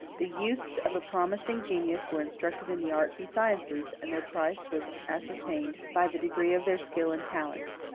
the youths of a promising genius were instructed in the arts and sciences, and their price was ascertained by the degree of their skill and talents.